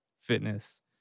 fitness